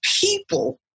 people